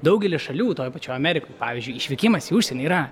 daugely šalių toj pačioj amerikoj pavyzdžiui išvykimas į užsienį yra